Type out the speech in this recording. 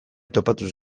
topatuz